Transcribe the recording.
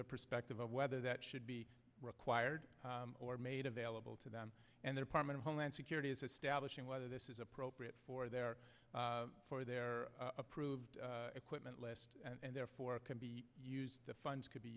their perspective of whether that should be required or made available to them and their part of homeland security is establishing whether this is appropriate for their for their approved equipment list and therefore can be used the funds could be